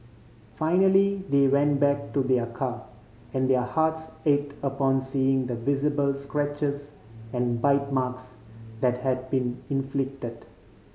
finally they went back to their car and their hearts ached upon seeing the visible scratches and bite marks that had been inflicted